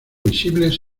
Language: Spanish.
visibles